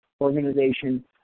organization